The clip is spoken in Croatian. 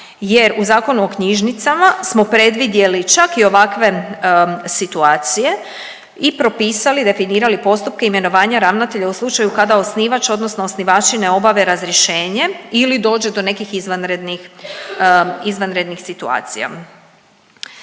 jer u Zakonu o knjižnicama smo predvidjeli čak i ovakve situacije i propisali, definirali postupke imenovanja ravnatelja u slučaju kada osnivač odnosno osnivači ne obave razrješenje ili dođe do nekih izvanrednih situacija.